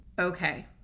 Okay